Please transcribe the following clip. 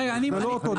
זה לא אותו הדבר.